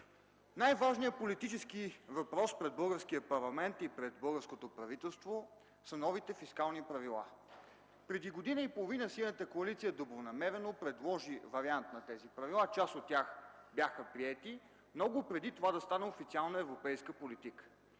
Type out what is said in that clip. Най-важният политически въпрос пред българския парламент и пред българското правителство са новите фискални правила. Преди година и половина Синята коалиция добронамерено предложи вариант на тези правила, част от тях бяха приети много преди те да станат официална европейска политика.